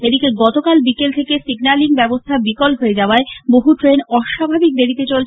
এদিকে গতকাল বিকেল থেকে সিগনালিং ব্যবস্থা বিকল হয়ে যাওয়ায় বহু ট্রেন অস্বাভাবিক দেরিতে চলেছে